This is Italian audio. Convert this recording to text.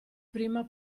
prima